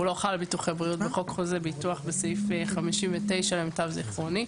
והוא לא חל על ביטוחי בריאות בחוק חוזי ביטוח בסעיף 59 למיטב זיכרוני.